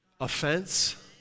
Offense